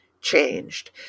changed